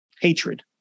hatred